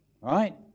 Right